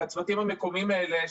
בצוותים המקומיים האלה,